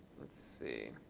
let's see.